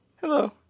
Hello